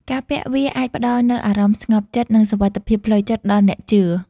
ការពាក់វាអាចផ្ដល់នូវអារម្មណ៍ស្ងប់ចិត្ត និងសុវត្ថិភាពផ្លូវចិត្តដល់អ្នកជឿ។